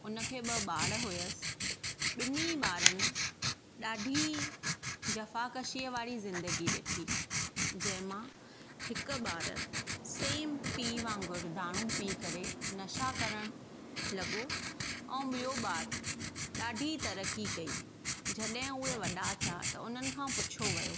हुन खे ॿ ॿार हुयसि बिन्हीं ॿारनि ॾाढी जफ़ा कशीअ वारी ज़िंदगी ॾिठी जंहिं मां हिकु ॿारु सेम पीउ वांगुरु दारू पी करे नशा करणु लॻो ऐं ॿियो ॿारु ॾाढी तरक़ी कई जॾहिं उहे वॾा थिया त हुननि खां पुछियो वियो